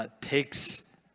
takes